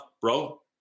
bro